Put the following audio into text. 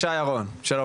שלום